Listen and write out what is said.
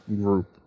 group